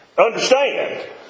Understand